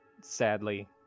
sadly